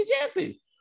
Jesse